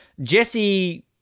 Jesse